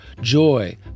joy